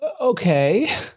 Okay